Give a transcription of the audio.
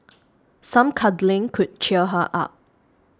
some cuddling could cheer her up